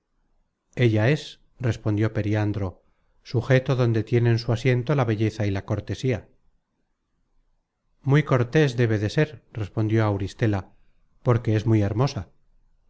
ella es respondió periandro sugeto donde tienen su asiento la belleza y la cortesía muy cortés debe de ser respondió auristela porque es muy hermosa